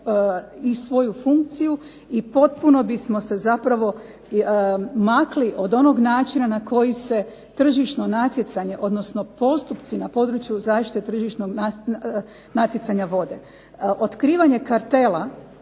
i svoju funkciju i potpuno bismo se zapravo makli od onog načina na koji se tržišno natjecanja, odnosno postupci na području zaštite tržišnog natjecanja vode. Otkrivanje kartela